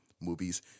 Movies